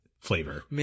flavor